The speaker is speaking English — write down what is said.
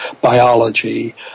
biology